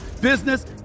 business